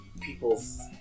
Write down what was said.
people's